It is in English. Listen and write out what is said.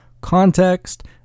context